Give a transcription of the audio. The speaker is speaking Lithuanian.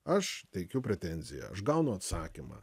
aš teikiu pretenziją aš gaunu atsakymą